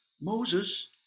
Moses